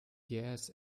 jähes